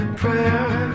prayer